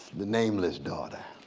the nameless daughter.